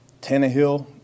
Tannehill